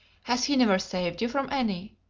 has he never saved you from any?